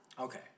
Okay